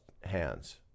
hands